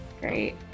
Great